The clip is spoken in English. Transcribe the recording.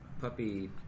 puppy